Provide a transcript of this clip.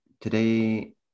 today